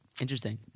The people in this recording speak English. Interesting